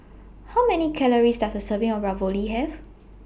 How Many Calories Does A Serving of Ravioli Have